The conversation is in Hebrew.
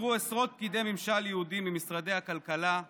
אישי ממשל שונים